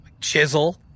Chisel